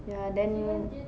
ya then